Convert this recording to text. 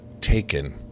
taken